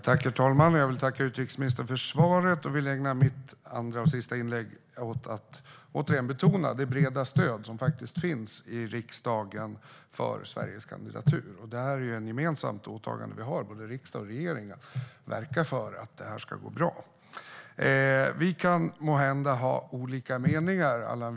Herr talman! Jag vill tacka utrikesministern för svaret. Jag vill ägna mitt andra och sista inlägg åt att återigen betona det breda stöd som finns i riksdagen för Sveriges kandidatur. Det är ett gemensamt åtagande som riksdag och regering har i fråga om att verka för att det ska gå bra. Allan Widman och övriga riksdagsledamöter!